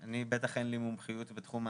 לי בטח אין מומחיות בתחום ההנגשה.